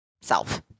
self